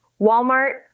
Walmart